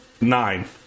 nine